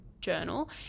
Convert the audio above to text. journal